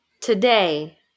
Today